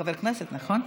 חבר כנסת, נכון?